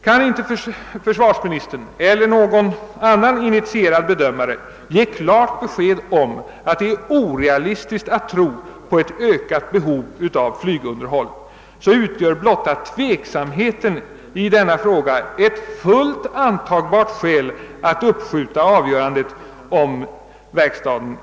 Kan inte försvarsministern eller någon annan initierad bedömare ge klart besked om att det är orealistiskt att tro på ett ökat behov av flygunderhåll, så utgör blotta tveksamheten 1 denna fråga ett fullt godtagbart skäl för att uppskjuta avgörandet om CVV.